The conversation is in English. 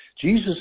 Jesus